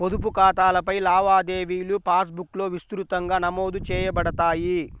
పొదుపు ఖాతాలపై లావాదేవీలుపాస్ బుక్లో విస్తృతంగా నమోదు చేయబడతాయి